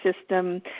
system